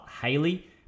Haley